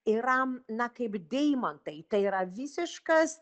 yra na kaip deimantai tai yra visiškas